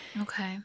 Okay